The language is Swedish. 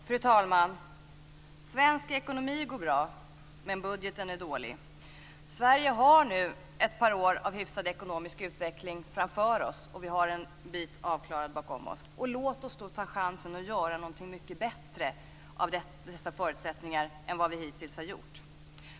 Fru talman! Svensk ekonomi går bra, men budgeten är dålig. Vi i Sverige har nu ett par år av hyfsad ekonomisk utveckling framför oss, och vi har en bit avklarad bakom oss. Låt oss då ta chansen att göra någonting mycket bättre av dessa förutsättningar än vi hittills har gjort.